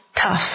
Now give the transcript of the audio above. Tough